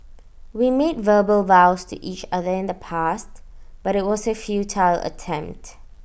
we made verbal vows to each other in the past but IT was A futile attempt